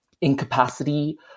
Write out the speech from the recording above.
incapacity